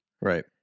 right